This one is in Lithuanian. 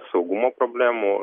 saugumo problemų